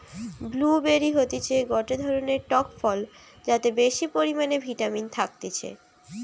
blue বেরি হতিছে গটে ধরণের টক ফল যাতে বেশি পরিমানে ভিটামিন থাকতিছে